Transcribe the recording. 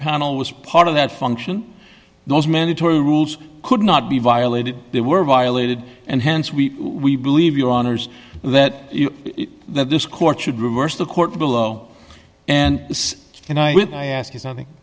panel was part of that function those mandatory rules could not be violated they were violated and hence we we believe your honour's that that this court should reverse the court below and this and i ask you something